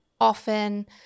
often